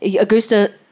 Augusta